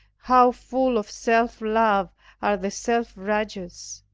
how full of self-love are the self-righteous,